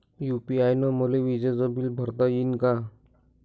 UPI न मले विजेचं बिल भरता यीन का?